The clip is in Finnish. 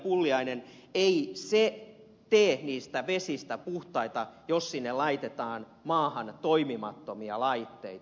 pulliainen ei se tee niistä vesistä puhtaita jos sinne maahan laitetaan toimimattomia laitteita